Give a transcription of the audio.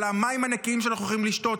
על המים הנקיים שאנחנו הולכים לשתות,